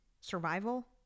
Survival